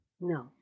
No